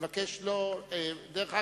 דרך אגב,